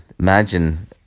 Imagine